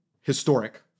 historic